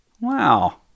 Wow